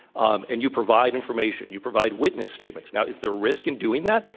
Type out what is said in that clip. um and you provide information. you provide witness statements. now, is there risk in doing that?